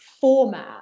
format